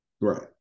Right